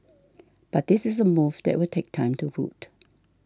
but this is a move that will take time to root